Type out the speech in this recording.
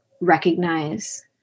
recognize